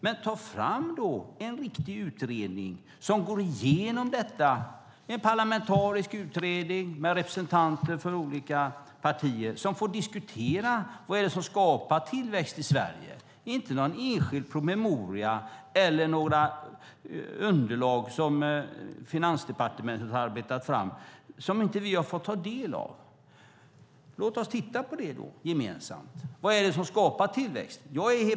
Men ta då fram en riktig utredning som går igenom detta - en parlamentarisk utredning med representanter för olika partier som får diskutera vad det är som skapar tillväxt i Sverige! Det ska inte vara någon enskild promemoria eller några underlag som Finansdepartementet har arbetat fram och som vi inte har fått ta del av. Låt oss titta på detta gemensamt. Vad är det som skapar tillväxt?